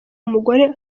umugore